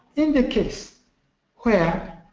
in the case where